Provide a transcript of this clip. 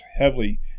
heavily